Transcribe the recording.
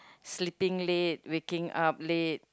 sleeping late waking up late